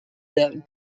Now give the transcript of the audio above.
der